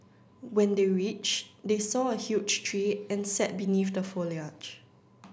when they reached they saw a huge tree and sat beneath the foliage